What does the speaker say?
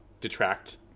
detract